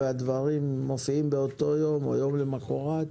והדברים מופיעים באותו יום או יום למחרת.